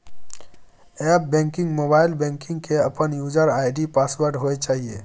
app banking, mobile banking के अपन user ID password होय चाहिए